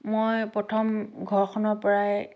মই প্ৰথম ঘৰখনৰ পৰাই